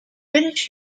british